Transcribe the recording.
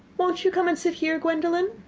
won't you come and sit here, gwendolen?